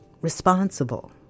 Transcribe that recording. responsible